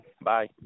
Bye